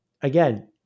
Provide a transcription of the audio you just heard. again